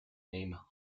name